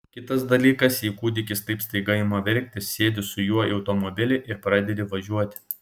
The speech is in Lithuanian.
kitas dalykas jei kūdikis taip staiga ima verkti sėdi su juo į automobilį ir pradedi važiuoti